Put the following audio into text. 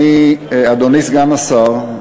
אדוני סגן השר,